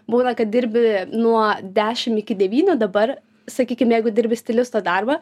būna kad dirbi nuo dešim iki devynių dabar sakykim jeigu dirbi stilisto darbą